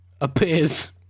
appears